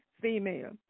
female